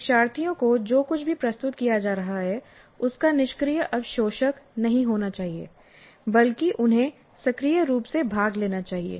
शिक्षार्थियों को जो कुछ भी प्रस्तुत किया जा रहा है उसका निष्क्रिय अवशोषक नहीं होना चाहिए बल्कि उन्हें सक्रिय रूप से भाग लेना चाहिए